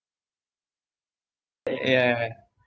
uh yeah